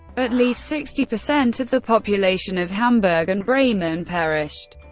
at least sixty percent of the population of hamburg and bremen perished,